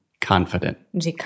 Confident